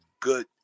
good